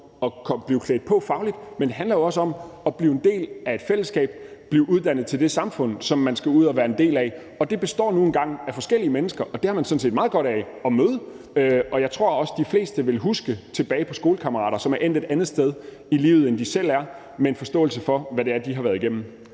at blive klædt på fagligt, men det handler jo også om at blive en del af et fællesskab, blive uddannet til det samfund, som man skal ud og være en del af, og det består nu engang af forskellige mennesker, og dem har man sådan set meget godt af at møde. Jeg tror også, at de fleste vil huske tilbage på skolekammerater, som er endt et andet sted i livet, end de selv er, med en forståelse for, hvad det er, de har været igennem.